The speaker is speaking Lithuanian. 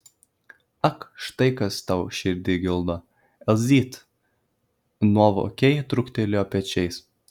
ak štai kas tau širdį gildo elzyt nuovokiai trūktelėjo pečiais